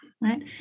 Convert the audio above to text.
right